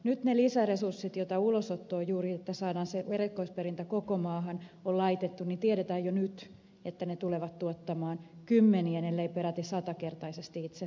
nyt niistä lisäresursseista joita ulosottoon on laitettu juuri jotta saadaan se erikoisperintä koko maahan tiedetään jo nyt että ne tulevat tuottamaan kymmen elleivät peräti satakertaisesti itsensä takaisin